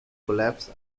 collapse